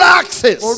access